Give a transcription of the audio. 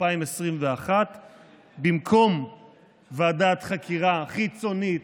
במקום ועדת חקירה חיצונית,